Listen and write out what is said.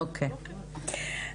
או.קיי.